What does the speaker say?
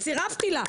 צירפתי לה,